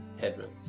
Headman